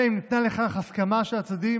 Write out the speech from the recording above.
אלא אם כן ניתנה לכך הסכמה של הצדדים